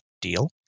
deal